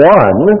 one